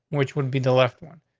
which would be the left one.